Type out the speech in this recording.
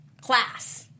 class